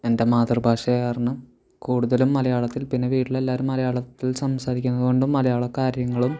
എൻ്റെ മാതൃഭാഷ ആയ കാരണം കൂടുതലും മലയാളത്തിൽ പിന്നെ വീട്ടിൽ എല്ലാവരും മലയാളത്തിൽ സംസാരിക്കുന്നതുകൊണ്ടും മലയാള കാര്യങ്ങളും